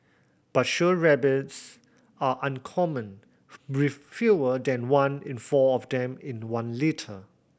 but show rabbits are uncommon with fewer than one in four of them in one litter